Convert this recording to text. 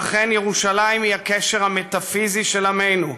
ואכן ירושלים היא הקשר המטאפיזי של עמנו,